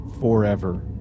forever